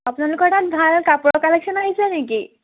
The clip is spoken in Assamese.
আপোনালোকত তাত ভাল কাপোৰৰ কালেকশ্যন আহিছে নেকি